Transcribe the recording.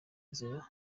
izina